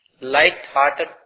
Light-hearted